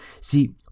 See